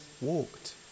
walked